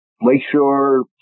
lakeshore